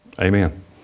Amen